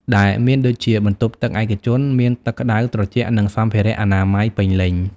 ដែលមានដូចជាបន្ទប់ទឹកឯកជន មានទឹកក្តៅត្រជាក់ និងសម្ភារៈអនាម័យពេញលេញ។